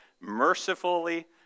mercifully